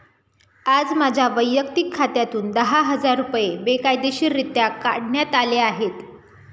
आज माझ्या वैयक्तिक खात्यातून दहा हजार रुपये बेकायदेशीररित्या काढण्यात आले आहेत